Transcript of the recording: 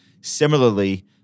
Similarly